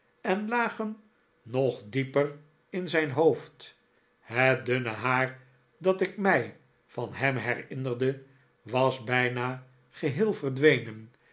en lagen nog dieper in zijn hoofd het dunne haar dat ik mij van hem herinnerde was bijna geheel verdwenen